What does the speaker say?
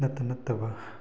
ꯅꯠꯇ ꯅꯠꯇꯕ